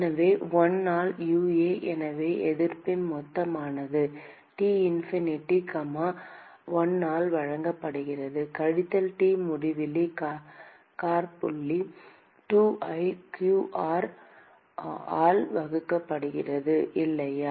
எனவே 1 ஆல் UA எனவே எதிர்ப்பின் மொத்தமானது T இன்ஃபினிட்டி கமா 1 ஆல் வழங்கப்படுகிறது கழித்தல் T முடிவிலி காற்புள்ளி 2 ஐ q r ஆல் வகுக்கப்படுகிறது இல்லையா